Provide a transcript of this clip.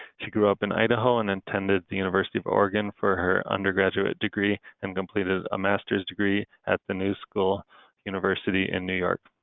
she grew up in idaho and attended the university of oregon for her undergraduate degree, then and completed a master's degree at the new school university in new york.